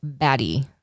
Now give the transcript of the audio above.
baddie